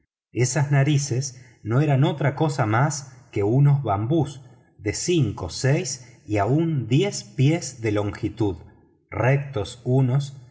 esas narices no eran otra cosa más que unos bambúes de cinco seis y aun diez pies de longitud rectos unos